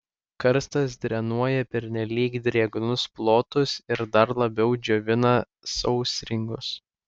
karstas drenuoja pernelyg drėgnus plotus ir dar labiau džiovina sausringus